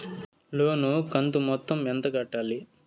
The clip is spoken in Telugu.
లోను కంతు మొత్తం ఎంత కట్టాలి?